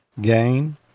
gain